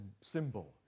symbol